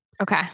Okay